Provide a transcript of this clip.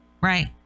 Right